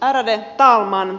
ärade talman